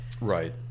Right